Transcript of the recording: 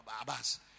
Abbas